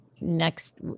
next